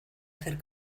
hacer